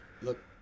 Look